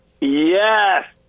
Yes